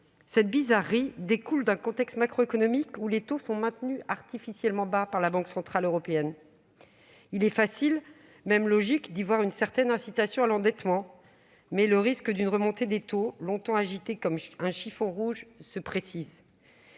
Cette bizarrerie est le résultat du contexte macroéconomique, les taux étant maintenus artificiellement bas par la Banque centrale européenne. Il est facile, même logique, d'y voir une certaine incitation à l'endettement. Or le risque d'une remontée des taux, longtemps agité comme un chiffon rouge, se précise.